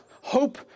hope